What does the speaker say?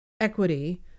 equity